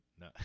no